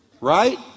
Right